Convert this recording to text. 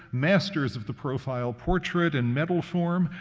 masters of the profile portrait in metal form.